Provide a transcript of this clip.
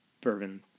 bourbon